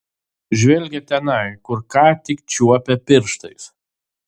žvelgė tenai kur ką tik čiuopė pirštais